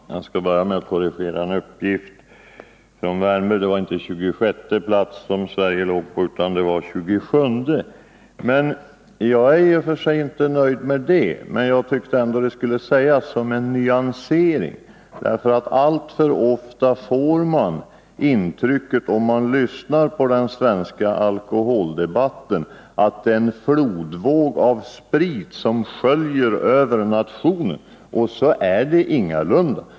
Herr talman! Jag skall börja med att korrigera en uppgift från Erik Wärnberg. Det var inte 26:e plats som Sverige låg på, utan 28:e. Jag är i och för sig inte nöjd med det, men jag tyckte ändå att det borde sägas, som en nyansering. Om man lyssnar på den svenska alkoholdebatten, får man nämligen alltför ofta intryck av att det är en flodvåg av sprit som sköljer över nationen — och så är det ingalunda.